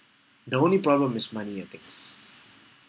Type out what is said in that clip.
the only problem is money I think